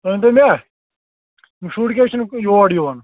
تُہۍ ؤنۍتَو مےٚ یِم شُرۍ کیٛازِ چھِنہٕ یوٗر یِوان